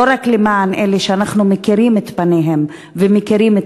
לא רק למען אלה שאנחנו מכירים את פניהם ומכירים את